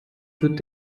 wird